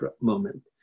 moment